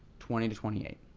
twenty to twenty eight.